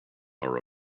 are